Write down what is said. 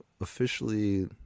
Officially